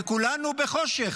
וכולנו בחושך?